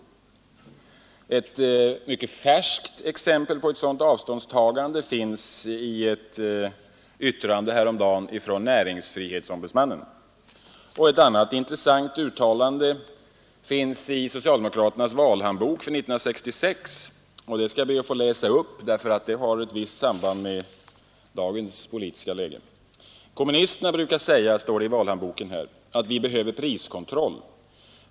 Ett mycket färskt exempel på ett liknande avståndstagande finns i ett yttrande som fälldes häromdagen av näringsfrihetsombudsmannen. Ett annat intressant uttalande finns i socialdemokraternas valhandbok för 1966. Det skall jag be att få läsa upp därför att det har ett visst samband med dagens politiska läge. ”Kommunisterna brukar säga”, står det i valhandboken, ”att vi behöver priskontroll.